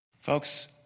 Folks